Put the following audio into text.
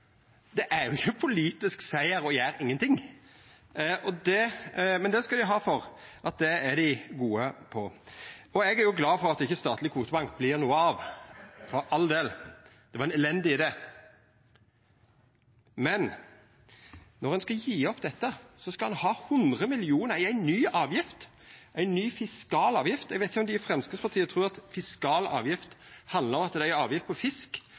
Det er jo ikkje ein politisk siger å gjera ingenting! Men det skal dei ha: Det er dei gode på. Eg er glad for at statleg kvotebank ikkje vert noko av, for all del, det var ein elendig idé, men når ein skal gje opp dette, skal ein ha 100 mill. kr i ei ny avgift – ei ny fiskalavgift. Eg veit ikkje om dei i Framstegspartiet trur at fiskalavgift handlar om at det er ei avgift på fisk,